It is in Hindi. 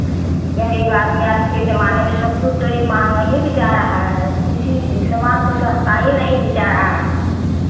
गरीब आदमी आज के जमाने में सब कुछ तो ही महंगा ही बिचा रहा है कुछ ही सामान तो सस्ता ही नहीं बिचा रहा है